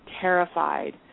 terrified